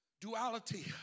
duality